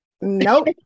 Nope